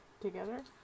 together